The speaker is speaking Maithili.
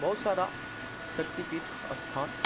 बहुत सारा शक्तिपीठ स्थान